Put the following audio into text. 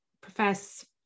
profess